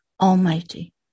Almighty